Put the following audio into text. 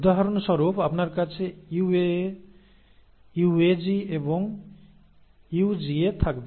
উদাহরণস্বরূপ আপনার কাছে UAA UAG এবং UGA থাকবে